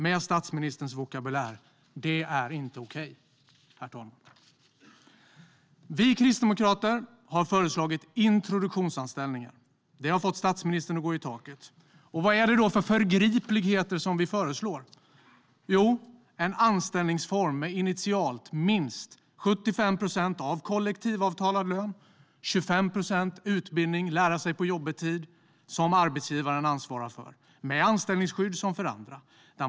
Med statsministerns vokabulär: Det är inte okej, herr talman. Vi kristdemokrater har föreslagit introduktionsanställningar. Det har fått statsministern att gå i taket. Vad är det då för förgripelse vi föreslår? Jo, vi föreslår en anställningsform med initialt minst 75 procent av kollektivavtalad lön och 25 procent utbildning - lära-sig-på-jobbet-tid som arbetsgivaren ansvarar för, med anställningsskydd som för andra.